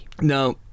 No